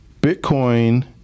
Bitcoin